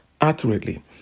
accurately